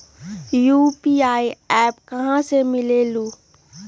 UPI app कहा से मिलेलु?